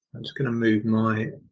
going to move my